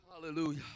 Hallelujah